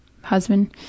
husband